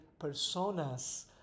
personas